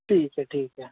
ٹھیک ہے ٹھیک ہے